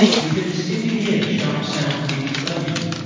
we could distinctly hear the sharp sound of the explosions.